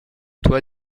toi